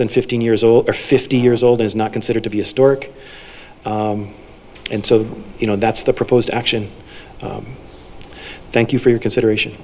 than fifteen years old or fifty years old is not considered to be a stork and so you know that's the proposed action thank you for your consideration